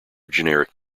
generic